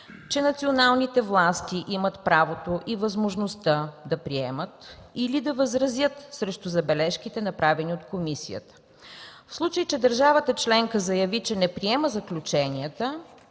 че националните власти имат правото и възможността да приемат или да възразят срещу забележките, направени от комисията. В случай, че държавата членка заяви, че не приема заключенията,